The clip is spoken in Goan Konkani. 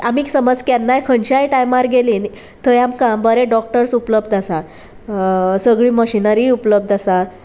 आमी समज केन्नाय खंयच्याय टायमार गेली थंय आमकां बरे डॉक्टर्स उपलब्ध आसा सगळी मशिनरी उपलब्ध आसा